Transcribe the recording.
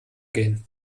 gehen